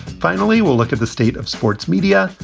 finally, we'll look at the state of sports media,